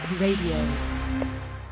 Radio